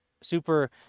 super